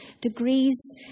degrees